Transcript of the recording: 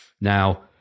Now